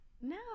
no